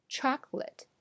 Chocolate